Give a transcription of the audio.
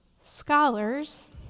scholars